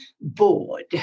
bored